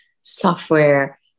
software